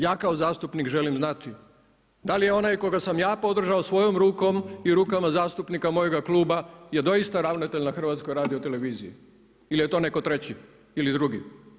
Ja kao zastupnik želim znati da li je onaj koga sam ja podržao svojom rukom i rukama zastupnika mojega kluba je doista ravnatelj na HRT-u ili je to netko treći ili drugi?